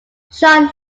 sian